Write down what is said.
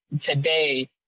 today